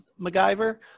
MacGyver